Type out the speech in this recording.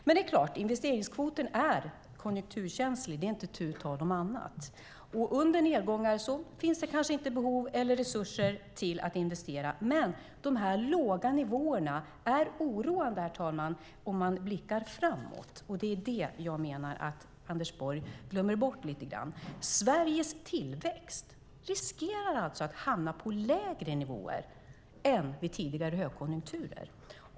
Men det är klart, investeringskvoten är konjunkturkänslig. Det är inte tu tal om det. Under nedgångar finns det kanske inte behov eller resurser till att investera, men de här låga nivåerna är oroande, herr talman, om man blickar framåt. Det är det jag menar att Anders Borg glömmer bort lite grann. Sveriges tillväxt riskerar alltså att hamna på lägre nivåer än vid tidigare högkonjunkturer.